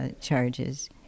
Charges